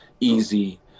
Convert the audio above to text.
easy –